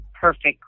perfect